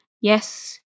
yes